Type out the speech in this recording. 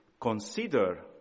consider